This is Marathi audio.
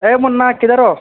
ए मुन्ना किधर हो